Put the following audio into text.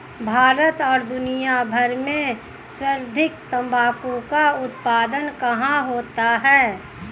भारत और दुनिया भर में सर्वाधिक तंबाकू का उत्पादन कहां होता है?